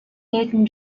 newton